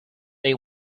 they